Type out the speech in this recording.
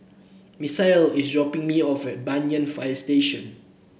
Misael is dropping me off at Banyan Fire Station